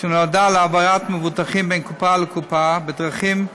שנועדה להעברת מבוטחים מקופה לקופה בדרכים משונות,